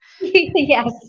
Yes